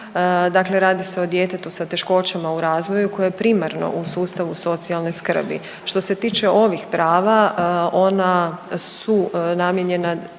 dakle radi se o djetetu sa teškoćama u razvoju koje je primarno u sustavu socijalne skrbi. Što se tiče ovih prava, ona su namijenjena